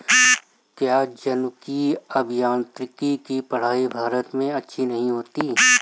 क्या जनुकीय अभियांत्रिकी की पढ़ाई भारत में अच्छी नहीं होती?